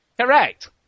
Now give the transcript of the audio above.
Correct